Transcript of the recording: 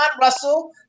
Russell